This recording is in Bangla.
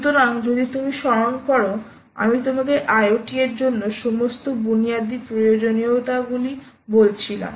সুতরাং যদি তুমি স্মরণ করো আমি তোমাকে IoT এর জন্য সমস্ত বুনিয়াদি প্রয়োজনীয়তাগুলি বলছিলাম